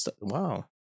wow